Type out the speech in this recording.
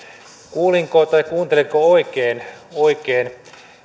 kuulinko tai kuuntelinko oikein oikein